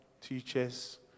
teachers